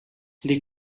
the